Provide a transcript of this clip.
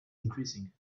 increasing